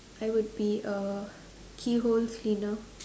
I will be a key hole cleaner